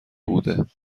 بوده